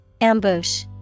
Ambush